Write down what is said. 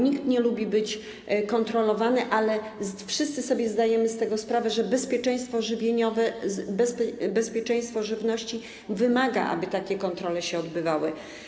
Nikt nie lubi być kontrolowany, ale wszyscy zdajemy sobie sprawę z tego, że bezpieczeństwo żywieniowe, bezpieczeństwo żywności wymaga, aby takie kontrole się odbywały.